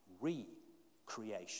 re-creation